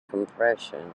compression